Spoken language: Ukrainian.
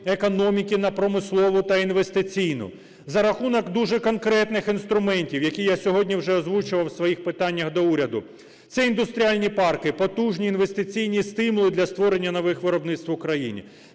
економіки на промислову та інвестиційну за рахунок дуже конкретних інструментів, які я сьогодні вже озвучував в своїх питаннях до уряду. Це індустріальні парки, потужні інвестиційні стимули для створення нових виробництв в Україні;